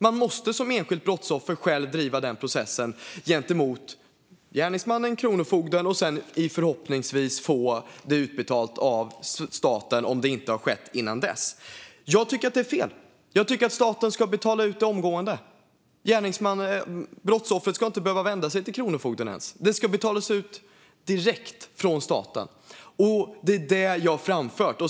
Man måste som enskilt brottsoffer själv driva processen gentemot gärningsmannen och Kronofogden och sedan förhoppningsvis få skadeståndet utbetalt av staten, om det inte har skett innan dess. Jag tycker att det är fel. Jag tycker att staten ska betala ut det omgående. Brottsoffret ska inte ens behöva vända sig till Kronofogden. Det ska betalas ut direkt från staten. Det är detta som jag har framfört.